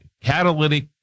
Catalytic